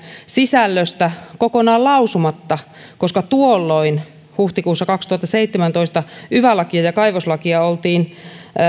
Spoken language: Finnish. sisällöstä kokonaan lausumatta koska tuolloin huhtikuussa kaksituhattaseitsemäntoista yva lakia ja kaivoslakia oltiin